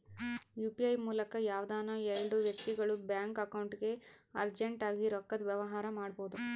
UPI ಮೂಲಕ ಯಾವ್ದನ ಎಲ್ಡು ವ್ಯಕ್ತಿಗುಳು ಬ್ಯಾಂಕ್ ಅಕೌಂಟ್ಗೆ ಅರ್ಜೆಂಟ್ ಆಗಿ ರೊಕ್ಕದ ವ್ಯವಹಾರ ಮಾಡ್ಬೋದು